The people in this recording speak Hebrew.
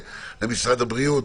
למשרד הבריאות?